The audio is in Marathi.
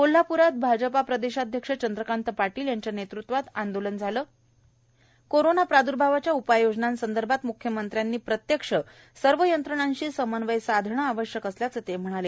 कोल्हापूर इथं भाजपा प्रदेशाध्यक्ष चंद्रकांत पाटील यांच्या नेतृत्वाखाली आंदोलन झालं कोरोना प्रादर्भावावरच्या उपाययोजनांसंदर्भात मुख्यमंत्र्यांनी प्रत्यक्ष सर्व यंत्रणांशी समन्वय साधणं आवश्यक असल्याचं पाटील यांनी सांगितलं